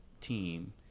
team